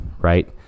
right